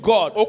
God